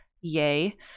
Yay